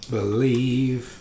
Believe